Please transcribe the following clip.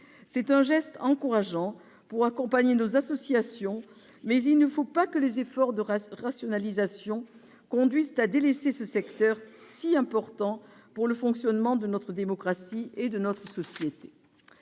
C'est un geste encourageant pour accompagner nos associations, mais il ne faut pas que les efforts de rationalisation conduisent à délaisser ce secteur si important pour le fonctionnement de notre démocratie et de notre société.